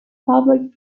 public